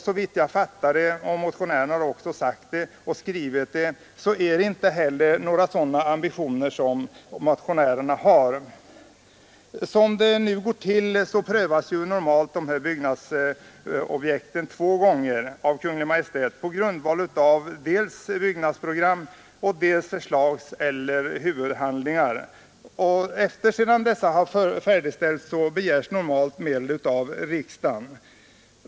Såvitt jag har förstått av vad motionärerna sagt och skrivit är det inte heller sådana ambitioner motionärerna har. Nu går det normalt till så, att de aktuella byggnadsobjekten prövas två gånger av Kungl. Maj:t — på grundval av dels byggnadsprogram, dels förslagseller huvudhandlingar. Efter det att dessa är klara begärs normalt medel av riksdagen.